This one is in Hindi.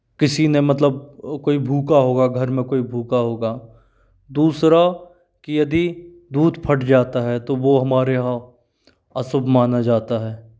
किसी ने मतलब कोई भूखा होगा घर में कोई भूखा होगा दूसरा की यदि दूध फट जाता है तो वो हमारे यहाँ अशुभ माना जाता है